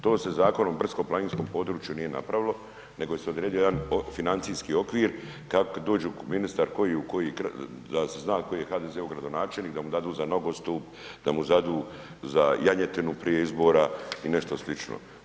To se Zakonom o brdsko-planinskom području nije napravilo nego se odredio jedan financijski okvir, kako dođu ministar koji u koji, da se zna u koji HDZ-u gradonačelnik, da mu dadu za nogostup, da mu dadu za janjetinu prije izbora i nešto slično.